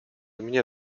mnie